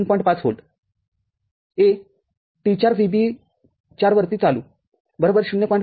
५V A T4 VBE4 वरती चालू ०